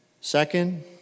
Second